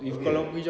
okay tak